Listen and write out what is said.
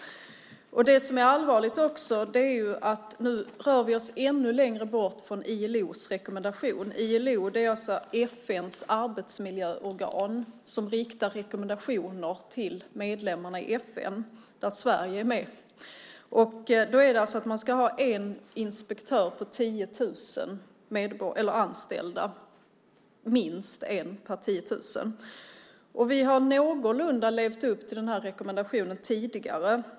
Det som också är allvarligt är att vi nu rör oss ännu längre bort från ILO:s rekommendation. ILO är FN:s arbetsmiljöorgan, som riktar rekommendationer till medlemmarna i FN, där Sverige är med. ILO säger att man ska ha en inspektör - minst - per 10 000 anställda. Vi har någorlunda levt upp till den här rekommendationen tidigare.